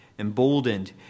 emboldened